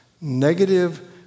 negative